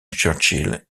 churchill